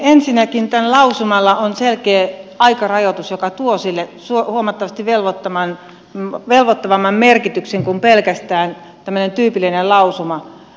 ensinnäkin tällä lausumalla on selkeä aikarajoitus joka tuo sinne saa omat testimme ovat sille huomattavasti velvoittavamman merkityksen kuin pelkästään tämmöinen tyypillinen lausuma